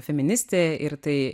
feministė ir tai